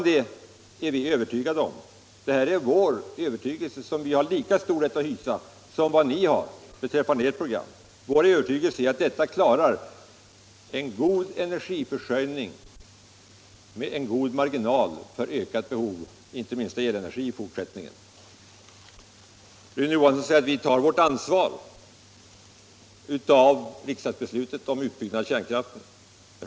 Det är vår övertygelse — en övertygelse som vi har lika stor rätt att hysa som ni har beträffande ert program — att med centerns program klarar vi en god energiförsörjning med god marginal för ökat behov inte minst av elenergi i fortsättningen. Rune Johansson säger: Vi tar vårt ansvar för riksdagsbeslutet om utbyggnad av kärnkraften.